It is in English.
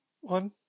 One